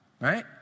right